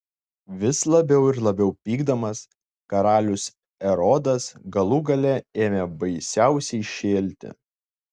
vis labiau ir labiau pykdamas karalius erodas galų gale ėmė baisiausiai šėlti